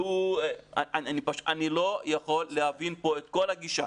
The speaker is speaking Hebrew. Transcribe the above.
אני לא יכול להבין פה את כל הגישה.